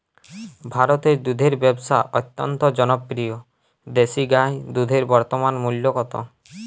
ভারতে দুধের ব্যাবসা অত্যন্ত জনপ্রিয় দেশি গাই দুধের বর্তমান মূল্য কত?